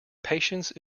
patience